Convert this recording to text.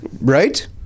Right